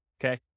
okay